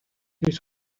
his